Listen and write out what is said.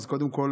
קודם כול